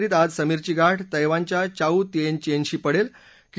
उपान्त्य फेरीत आज समीरची गाठ तैवानच्या चाउ तिएनचेनशी पडेल